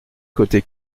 côté